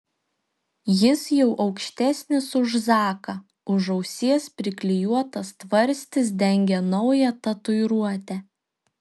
jis jau aukštesnis už zaką už ausies priklijuotas tvarstis dengia naują tatuiruotę